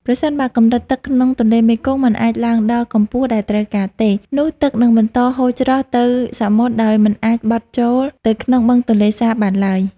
ប្រសិនបើកម្រិតទឹកក្នុងទន្លេមេគង្គមិនអាចឡើងដល់កម្ពស់ដែលត្រូវការទេ នោះទឹកនឹងបន្តហូរឆ្ពោះទៅសមុទ្រដោយមិនអាចបត់ចូលទៅក្នុងបឹងទន្លេសាបបានឡើយ។